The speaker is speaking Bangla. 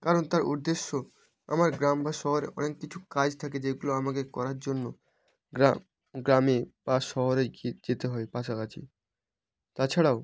কারণ তার উদ্দেশ্য আমার গ্রাম বা শহরে অনেক কিছু কাজ থাকে যেগুলো আমাকে করার জন্য গ্রাম গ্রামে বা শহরে যেতে হয় কাছাকাছি তাছাড়াও